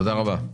תודה רבה.